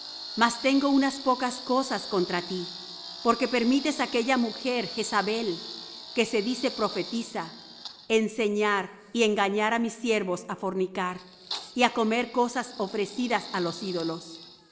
mas tengo unas pocas cosas contra ti porque permites aquella mujer jezabel que se dice profetisa enseñar y engañar á mis siervos á fornicar y á comer cosas ofrecidas á los ídolos